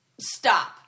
Stop